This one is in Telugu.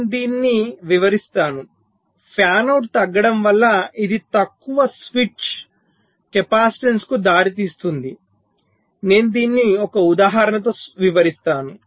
నేను దీనిని వివరిస్తాను ఫ్యాన్ అవుట్ తగ్గడం వల్ల ఇది తక్కువ స్విచ్డ్ కెపాసిటెన్స్కు దారి తీస్తుంది నేను దీనిని ఒక ఉదాహరణతో వివరిస్తాను